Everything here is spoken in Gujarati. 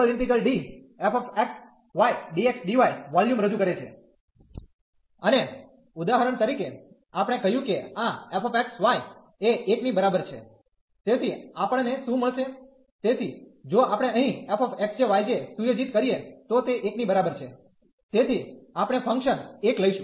❑∬ f x y dx dy volume રજૂ કરે છે D અને ઉદાહરણ તરીકે આપણે કહ્યું કે આ f x y એ 1 ની બરાબર છે તેથી આપણને શું મળશે તેથી જો આપણે અહીં f xj yj સુયોજિત કરીએ તો તે 1 ની બરાબર છે તેથી આપણે ફંકશન 1 લઈશું